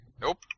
Nope